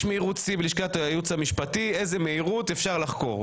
יש מהירות שיא בלשכת היועצת המשפטית ואפשר לחקור.